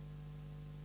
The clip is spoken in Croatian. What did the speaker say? Hvala